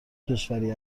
کشوری